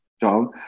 job